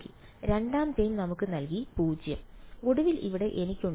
0 ഒടുവിൽ ഇവിടെ എനിക്കുണ്ട് 1